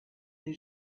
des